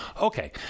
Okay